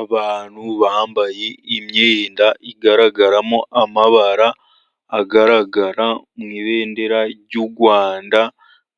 Abantu bambaye imyenda igaragaramo amabara agaragara mu ibendera ry'u Rwanda,